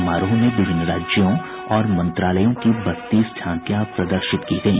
समारोह में विभिन्न राज्यों और मंत्रालयों की बत्तीस झांकियां प्रदर्शित की गयी